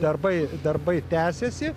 darbai darbai tęsiasi